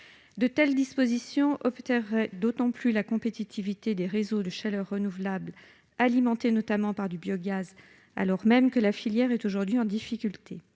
De telles dispositions obéreraient d'autant plus la compétitivité des réseaux de chaleur renouvelable alimentés notamment par du biogaz, alors même que la filière est aujourd'hui en difficulté.